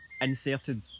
inserted